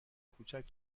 کوچک